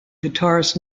guitarist